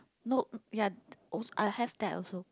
no um ya also I have that also